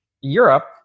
Europe